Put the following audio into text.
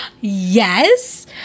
Yes